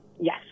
Yes